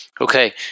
Okay